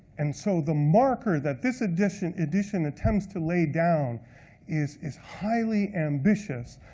and so, the marker that this edition edition attempts to lay down is is highly ambitious,